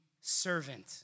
servant